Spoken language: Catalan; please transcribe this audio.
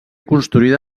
construïda